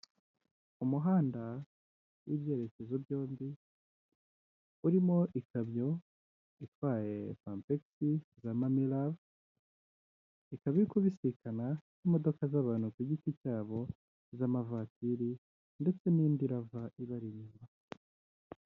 Umuhanda w'ibyerekezo byombi urimo ikamyo itwaye pampegisi za mamirave ikaba iri kubisikana n'imodoka z'abantu ku giti cyabo, z'amavatiri ndetse n'indi irava ibari inyuma.